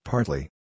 Partly